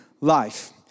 life